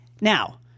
Now